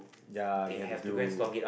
ya they have to do